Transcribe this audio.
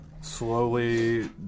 slowly